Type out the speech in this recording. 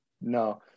no